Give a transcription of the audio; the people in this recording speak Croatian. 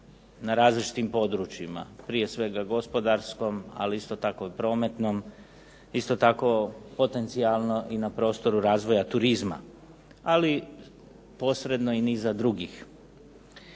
na različitim područjima, prije svega gospodarskom, ali isto tako i prometnom, isto tako potencijalno i na prostoru razvoja turizma, ali posredno i niza drugih.